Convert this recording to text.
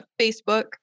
Facebook